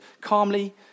calmly